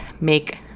make